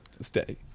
stay